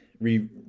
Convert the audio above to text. re